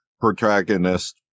protagonist